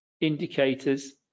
indicators